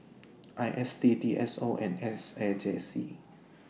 I S D D S O and S A J C